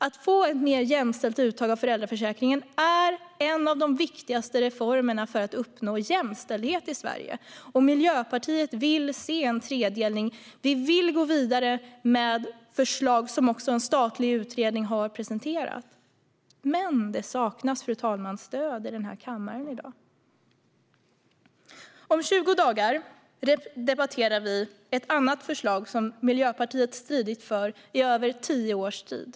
Att få ett mer jämställt uttag av föräldraförsäkringen är en av de viktigaste reformerna för att uppnå jämställdhet i Sverige. Miljöpartiet vill se en tredelning. Vi vill gå vidare med förslag som en statlig utredning har presenterat. Men det saknas, fru talman, stöd i den här kammaren i dag. Om 20 dagar debatterar vi ett annat förslag, som Miljöpartiet stridit för i över tio års tid.